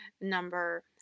number